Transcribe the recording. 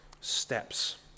steps